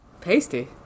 pasty